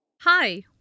Hi